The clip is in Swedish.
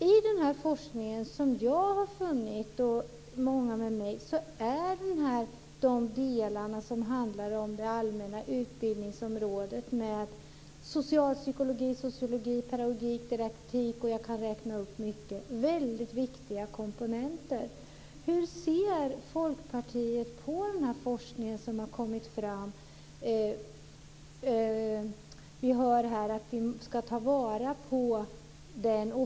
I den här forskningen är de delar som handlar om det allmänna utbildningsområdet, med socialpsykologi, sociologi, pedagogik, didaktik m.m., väldigt viktiga komponenter. Hur ser Folkpartiet på den forskning som har kommit fram? Vi hör här att vi ska ta vara på den.